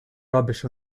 rubbish